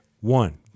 one